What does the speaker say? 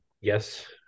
Yes